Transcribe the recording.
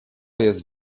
jest